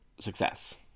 success